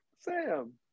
Sam